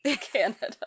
Canada